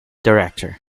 director